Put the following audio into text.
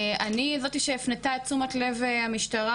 אני זאת שהפנתה את תשומת לב המשטרה,